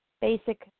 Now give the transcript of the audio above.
basic